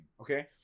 Okay